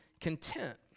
content